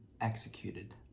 executed